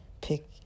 Pick